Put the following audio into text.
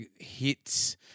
hits